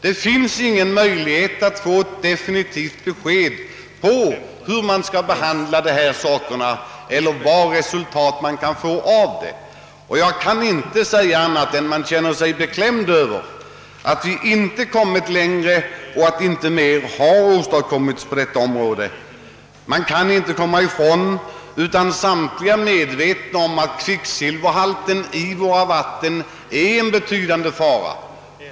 Det finns ingen möjlighet att få ett definitivt besked om hur dessa problem skall klaras upp eller vilka resultat olika åtgärder kan ge. Jag kan inte säga annat än att man känner sig beklämd över att vi inte nått längre och att inte mer har åstadkommits på detta område. Alla är medvetna om att kvicksilverhalten i våra vatten utgör en betydande fara.